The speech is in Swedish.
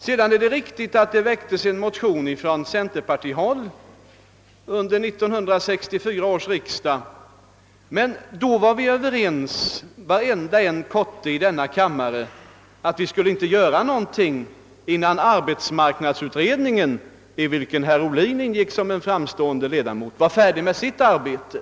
Det är också riktigt att det från centerpartihåll väcktes en motion i denna fråga till 1964 års riksdag, men då var alla ledamöter av denna kammare Ööverens om att vi inte skulle göra något på detta område innan arbetsmarknadsutredningen, i vilken herr Ohlin ingick som en framstående ledamot, hade avslutat sitt arbete.